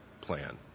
plan